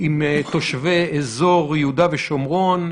עם תושבי אזור יהודה ושומרון,